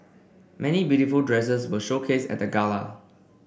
many beautiful dresses were showcased at gala